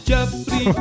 Jeffrey